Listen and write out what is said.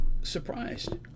surprised